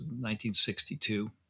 1962